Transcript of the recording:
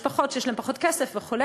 ומשפחות שיש להן פחות כסף וכו'.